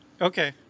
okay